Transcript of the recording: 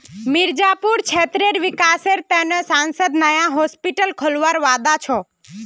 मिर्जापुर क्षेत्रेर विकासेर त न सांसद नया हॉस्पिटल खोलवार वादा छ